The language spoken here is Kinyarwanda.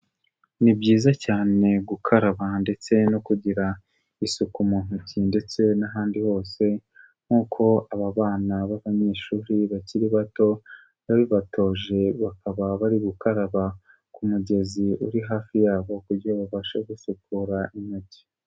Ni byiza cyane gukaraba ndetse no kugira isuku mu ntoki ndetse n'ahandi hose, nk'uko aba bana b'abanyeshuri bakiri bato babibatoje bakaba bari gukaraba ku mugezi uri hafi yabo, kugira babashe gusukura intoki.